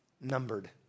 numbered